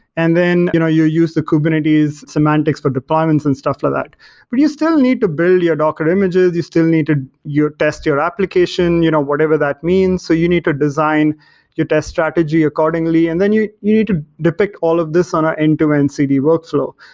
and then you know use the kubernetes semantics for deployments and stuff for that but you still need to build your docker images, you still need to test your application, you know whatever that means. so you need to design your test strategy accordingly, and then you, you need to depict all of this on our end-to-end cd workflow.